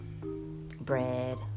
bread